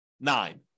nine